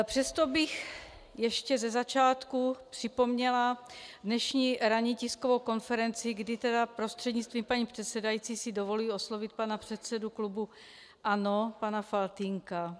Přesto bych ještě ze začátku připomněla dnešní ranní tiskovou konferenci, kdy prostřednictvím paní předsedající si dovoluji oslovit pana předsedu klubu ANO pana Faltýnka.